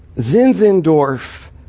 Zinzendorf